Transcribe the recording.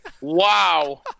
Wow